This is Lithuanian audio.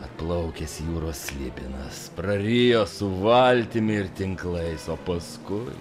atplaukęs jūros slibinas prarijo su valtimi ir tinklais o paskui